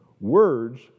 words